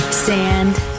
sand